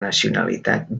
nacionalitat